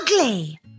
ugly